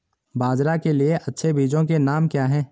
बाजरा के लिए अच्छे बीजों के नाम क्या हैं?